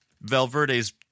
Valverde's